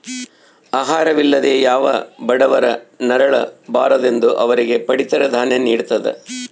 ಆಹಾರ ವಿಲ್ಲದೆ ಯಾವ ಬಡವ ನರಳ ಬಾರದೆಂದು ಅವರಿಗೆ ಪಡಿತರ ದಾನ್ಯ ನಿಡ್ತದ